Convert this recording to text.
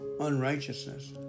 unrighteousness